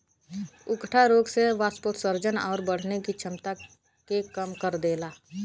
उकठा रोग से वाष्पोत्सर्जन आउर बढ़ने की छमता के कम कर देला